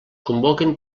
convoquen